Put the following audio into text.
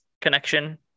connection